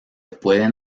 pueden